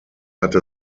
hatte